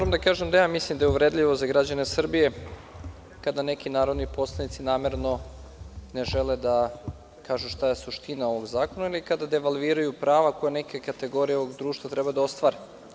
Moram da kažem da mislim da je uvredljivo za građane Srbije kada neki narodni poslanici namerno ne žele da kažu šta je suština ovog zakona ili kada devalviraju prava koja neke kategorije ovog društva treba da ostvare.